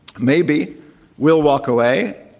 maybe we ll walk away.